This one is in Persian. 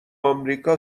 آمریکا